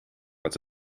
dat